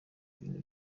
ibintu